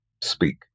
speak